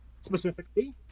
Specifically